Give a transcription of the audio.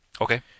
Okay